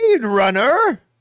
runner